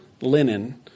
linen